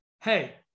hey